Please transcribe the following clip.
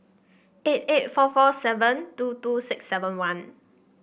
eight eight four four seven two two six seven one